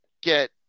get